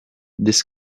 this